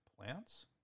plants